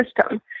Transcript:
system